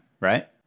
Right